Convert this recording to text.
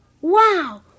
Wow